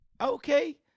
Okay